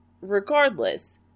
Regardless